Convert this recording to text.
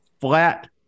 flat